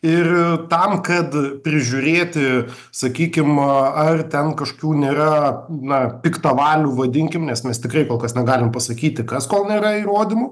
ir tam kad prižiūrėti sakykim ar ten kažkokių nėra na piktavalių vadinkim nes mes tikrai kol kas negalim pasakyti kas kol nėra įrodymų